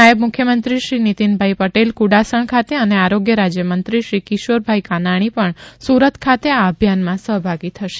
નાયબ મુખ્યમંત્રી શ્રી નીતિનભાઈ પટેલ કુડાસણ ખાતે અને આરોગ્ય રાજ્ય મંત્રી શ્રી કિશોરભાઈ કાનાણી પણ સુરત ખાતે આ અભિયાનમાં સહભાગી થશે